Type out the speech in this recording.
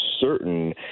certain